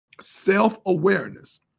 Self-awareness